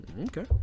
Okay